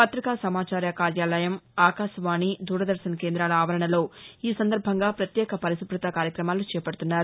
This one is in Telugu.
పతికా సమాచార కార్యాలయం ఆకాశవాణి దూర దర్భన్ కేందాల ఆవరణలో ఈ సందర్భంగా పత్యేక పరిశుభ్రతా కార్యక్రమాలు చేద్పదుతున్నారు